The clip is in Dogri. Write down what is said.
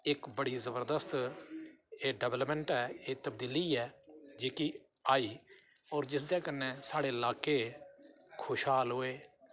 इक बड़ी जबरदस्त एह् डैवलपमैंट ऐ एह् तबदीली ऐ जेह्की आई होर जिसदे कन्नै साढ़े लाह्के खुशहाल होए